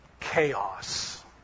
chaos